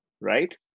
right